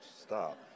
stop